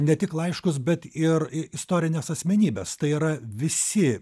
ne tik laiškus bet ir i istorines asmenybes tai yra visi